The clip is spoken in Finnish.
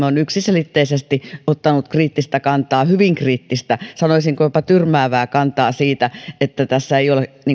on yksiselitteisesti ottanut kriittistä kantaa hyvin kriittistä sanoisinko jopa tyrmäävää kantaa siihen että tässä ei ole